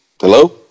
Hello